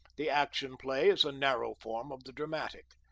the action play is a narrow form of the dramatic.